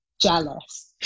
jealous